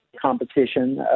competition